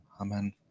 Amen